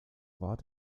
war